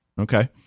okay